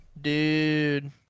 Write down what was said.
dude